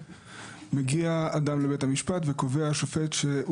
מגיע אדם לבית המשפט וקובע השופט שהוא